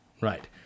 right